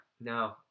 No